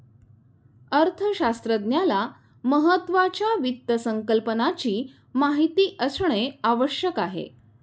अर्थशास्त्रज्ञाला महत्त्वाच्या वित्त संकल्पनाची माहिती असणे आवश्यक आहे